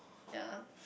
ya